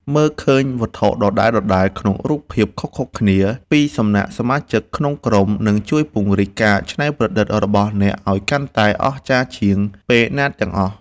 មើលឃើញវត្ថុដដែលក្នុងរូបភាពខុសៗគ្នាពីសំណាក់សមាជិកក្នុងក្រុមនឹងជួយពង្រីកការច្នៃប្រឌិតរបស់អ្នកឱ្យកាន់តែអស្ចារ្យជាងពេលណាទាំងអស់។